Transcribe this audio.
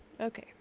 okay